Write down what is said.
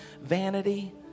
vanity